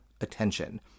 attention